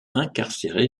incarcéré